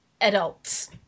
adults